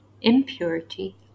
impurity